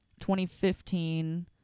2015